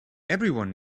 everyone